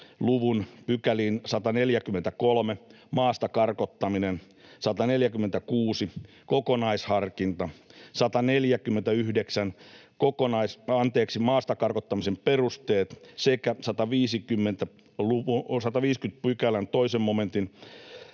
luvun — pykäliin 143 Maasta karkottaminen, 146 Kokonaisharkinta, 149 Maasta karkottamisen perusteet sekä 150 §:n 2 momenttiin